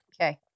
Okay